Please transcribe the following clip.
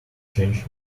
change